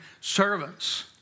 servants